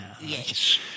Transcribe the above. Yes